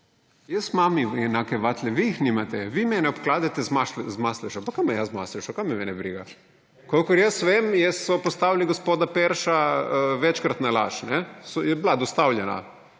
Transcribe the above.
Jaz imam enake vatle, vi jih nimate. Vi mene obkladate z Maslešo. Kaj imam jaz z Maslešo? Kaj to mene briga? Kolikor jaz vem, so postavili gospoda Perša večkrat na laž. Je bila dostavljena.